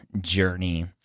journey